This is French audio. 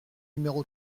numéro